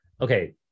okay